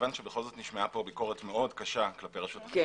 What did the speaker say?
כיוון שבכל זאת נשמעה פה ביקורת מאוד קשה כלפי רשות החשמל,